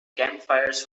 campfires